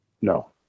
no